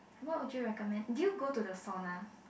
what would you recommend did you go to the sauna